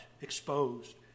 exposed